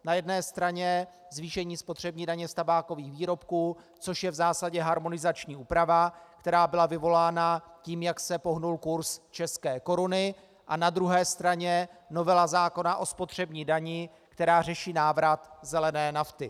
Na jedné straně zvýšení spotřební daně z tabákových výrobků, což je v zásadě harmonizační úprava, která byla vyvolána tím, jak se pohnul kurz české koruny, a na druhé straně novela zákona o spotřební dani, která řeší návrat zelené nafty.